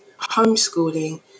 homeschooling